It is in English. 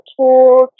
tools